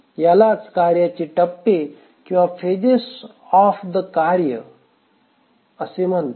यालाच कार्य चे टप्पे किंवा फेजेस ऑफ द कार्य असे म्हणतात